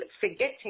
forgetting